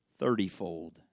thirtyfold